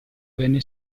venne